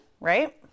right